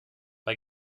bei